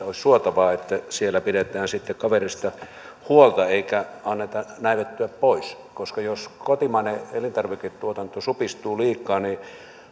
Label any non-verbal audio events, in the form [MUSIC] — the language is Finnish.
[UNINTELLIGIBLE] olisi suotavaa että siellä pidetään sitten kaverista huolta eikä anneta näivettyä pois koska jos kotimainen elintarviketuotanto supistuu liikaa niin